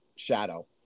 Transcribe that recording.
shadow